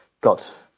got